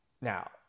Now